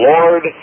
Lord